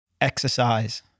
Exercise